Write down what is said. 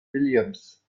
williams